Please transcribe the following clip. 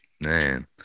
man